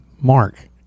Mark